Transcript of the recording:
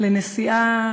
לנסיעה